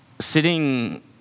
sitting